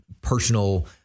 personal